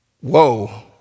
Whoa